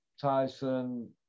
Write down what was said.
Tyson